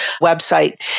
website